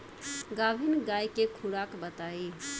गाभिन गाय के खुराक बताई?